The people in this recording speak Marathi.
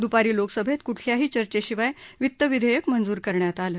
दूपारी लोकसभेत कुठल्याही चर्चेशिवाय वित्त विधेयक मंजूर करण्यात आलं